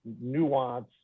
nuance